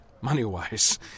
money-wise